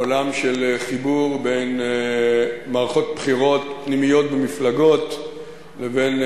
עולם של חיבור בין מערכות בחירות פנימיות במפלגות ובין